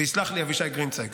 ויסלח לי אבישי גרינצייג.